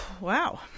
Wow